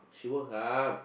she won't come